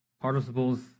Participles